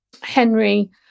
Henry